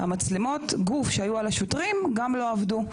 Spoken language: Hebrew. גם מצלמות הגוף שהיו על השוטרים לא עבדו.